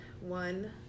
One